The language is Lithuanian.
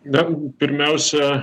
dar pirmiausia